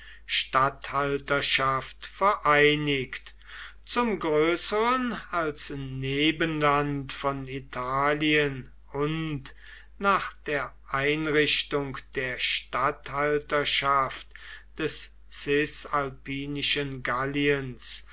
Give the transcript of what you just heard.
statthalterschaft vereinigt zum größeren als nebenland von italien und nach der einrichtung der statthalterschaft des cisalpinischen galliens